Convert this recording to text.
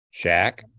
Shaq